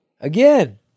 again